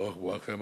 ברוך בואכם.